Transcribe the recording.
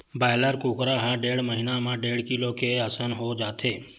broiler कुकरा ह डेढ़ महिना म डेढ़ किलो के असन हो जाथे